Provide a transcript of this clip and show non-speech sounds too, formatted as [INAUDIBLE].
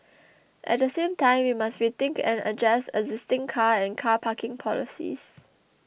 [NOISE] at the same time we must rethink and adjust existing car and car parking policies